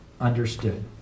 understood